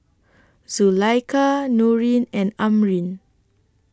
Zulaikha Nurin and Amrin